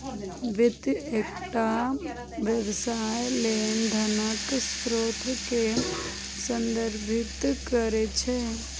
वित्त एकटा व्यवसाय लेल धनक स्रोत कें संदर्भित करै छै